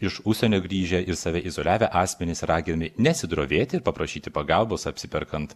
iš užsienio grįžę ir save izoliavę asmenys raginami nesidrovėti ir paprašyti pagalbos apsiperkant